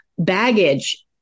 Baggage